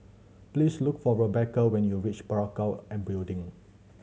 please look for Rebecca when you reach Parakou and Building